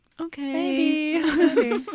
okay